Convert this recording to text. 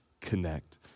connect